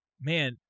Man